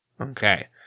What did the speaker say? Okay